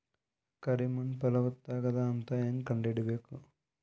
ಕರಿ ಮಣ್ಣು ಫಲವತ್ತಾಗದ ಅಂತ ಹೇಂಗ ಕಂಡುಹಿಡಿಬೇಕು?